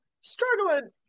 struggling